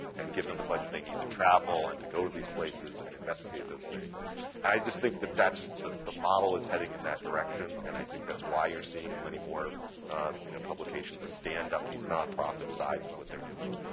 and give them the budget they need to travel and to go to these places and investigate those things. and i just think that that's the the model is heading in that direction. and i think that's why you're seeing many more you know publications stand up, these nonprofit sides of what they're doing.